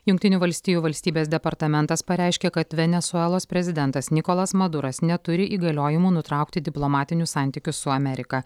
jungtinių valstijų valstybės departamentas pareiškė kad venesuelos prezidentas nikolas maduras neturi įgaliojimų nutraukti diplomatinių santykių su amerika